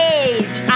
age